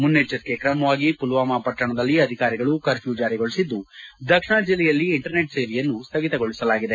ಮುನ್ನೆಚ್ಚರಿಕೆ ಕ್ರಮವಾಗಿ ಪುಲ್ವಾಮಾ ಪಟ್ಟಣದಲ್ಲಿ ಅಧಿಕಾರಿಗಳು ಕರ್ಫ್ಯೂ ಜಾರಿಗೊಳಿಸಿದ್ದು ದಕ್ಷಿಣ ಜಲ್ಲೆಯಲ್ಲಿ ಇಂಟರ್ನೆಟ್ ಸೇವೆಯನ್ನು ಸ್ಥಗಿತಗೊಳಿಸಲಾಗಿದೆ